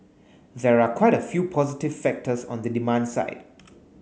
there are quite a few positive factors on the demand side